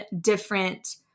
different